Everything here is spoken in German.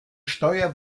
steuer